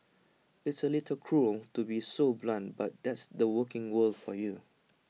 it's A little cruel to be so blunt but that's the working world for you